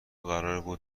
قراره